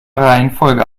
reihenfolge